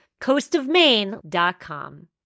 coastofmaine.com